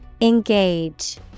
Engage